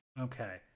Okay